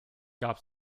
gab